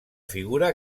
figura